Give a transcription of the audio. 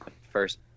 First